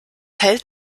hält